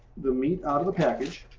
the meat out of the package.